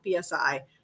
PSI